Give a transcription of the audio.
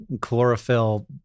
chlorophyll